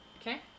Okay